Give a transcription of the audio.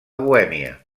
bohèmia